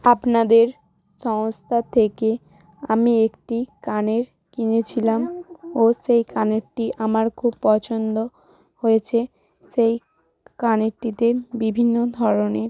আপনাদের সংস্থা থেকে আমি একটি কানের কিনেছিলাম ও সেই কানেরটি আমার খুব পছন্দ হয়েছে সেই কানেরটিতে বিভিন্ন ধরনের